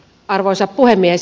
arvoisa puhemies